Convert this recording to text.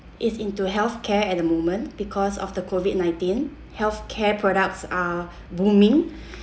it's into healthcare at the moment because of the COVID nineteen healthcare products are booming